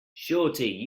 shawty